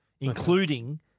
including